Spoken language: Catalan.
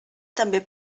també